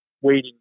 waiting